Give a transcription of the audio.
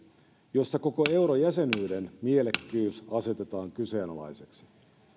jossa koko eurojäsenyyden mielekkyys asetetaan kyseenalaiseksi